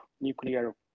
nuclear